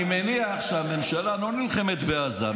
אני מניח שהממשלה לא נלחמת בעזה.